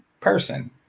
person